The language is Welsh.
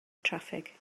traffig